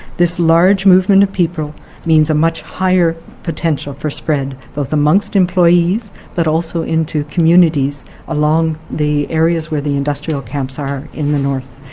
this large movement of people means a much higher potential for spread, both amongst employees but also into communities along the areas where the industrial camps are in the north.